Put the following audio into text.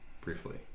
briefly